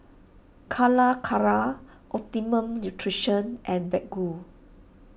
Calacara Optimum Nutrition and Baggu